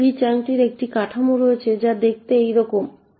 এখন ফ্রি চাঙ্কটির একটি কাঠামো রয়েছে যা দেখতে এইরকম